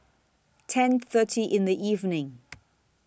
ten thirty in The evening